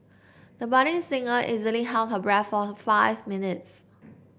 the budding singer easily held her breath for five minutes